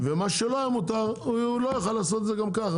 ומה שלא היה מותר הוא לא יוכל לעשות את זה גם ככה,